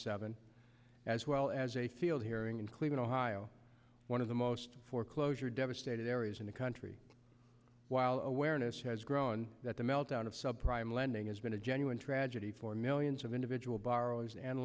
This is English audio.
seven as well as a field hearing in cleveland ohio one of the most foreclosure devastated areas in the country while awareness has grown that the meltdown of subprime lending has been a genuine tragedy for millions of individual borrowers and